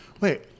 Wait